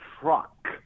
truck